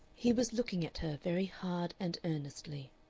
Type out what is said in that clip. he was looking at her very hard and earnestly.